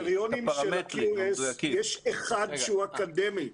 בקריטריונים של ה-QS יש אחד שהוא אקדמי,